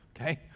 okay